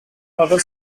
other